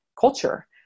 culture